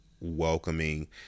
welcoming